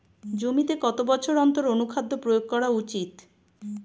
জমিতে কত বছর অন্তর অনুখাদ্য প্রয়োগ করা উচিৎ?